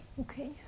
okay